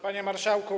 Panie Marszałku!